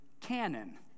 canon